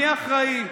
מי אחראי.